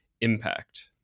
impact